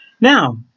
Now